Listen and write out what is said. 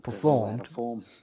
performed